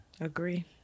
Agree